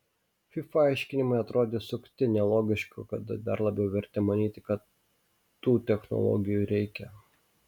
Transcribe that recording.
fifa aiškinimai atrodė sukti nelogiški o tai dar labiau vertė manyti kad tų technologijų reikia